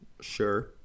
Sure